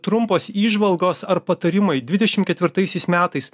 trumpos įžvalgos ar patarimai dvidešimt ketvirtaisiais metais